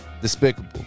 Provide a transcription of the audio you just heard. despicable